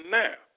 now